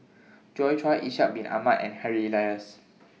Joi Chua Ishak Bin Ahmad and Harry Elias